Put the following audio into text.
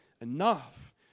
Enough